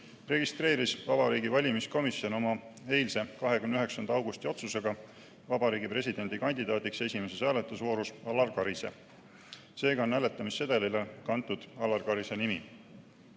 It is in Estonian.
registreeris Vabariigi Valimiskomisjon oma eilse, 29. augusti otsusega Vabariigi Presidendi kandidaadiks esimeses hääletusvoorus Alar Karise. Seega on hääletamissedelile kantud Alar Karise nimi.